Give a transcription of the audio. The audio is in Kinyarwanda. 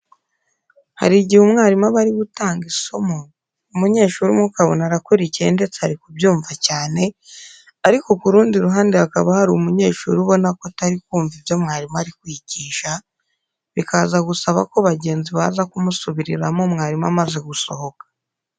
Hari igihe umwarimu aba ari gutanga isomo, umunyeshuri umwe ukabona arakurikiye ndetse ari kubyumva cyane, ariko ku rundi ruhande hakaba hari umunyeshuri ubona ko atari kumva ibyo mwarimu ari kwigisha, bikaza gusaba ko bagenzi baza kumusubiriramo mwarimu amaze gusohoka.